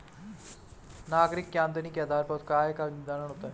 नागरिक की आमदनी के आधार पर उसका आय कर निर्धारित होता है